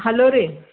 hello ರೀ